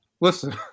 listen